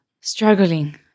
struggling